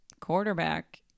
quarterback